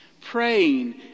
praying